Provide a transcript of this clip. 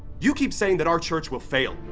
you keep saying that our church will fail,